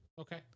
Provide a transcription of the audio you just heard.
Okay